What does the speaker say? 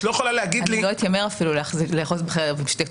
אני אפילו לא אתיימר לאחוז בחבל בשתי קצותיו.